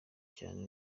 cyane